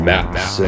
Maps